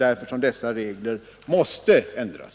Därför måste dessa regler ändras.